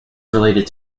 related